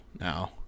now